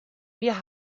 wir